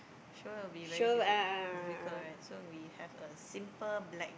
sure will be very diffi~ difficult right so we have a simple black